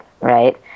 right